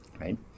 Right